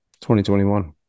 2021